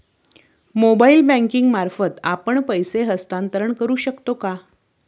Mobile banking मार्फत आपण पैसे हस्तांतरण करू शकतो का?